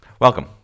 Welcome